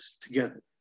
together